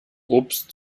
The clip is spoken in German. obst